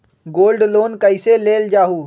Gold loan कईसे लेल जाहु?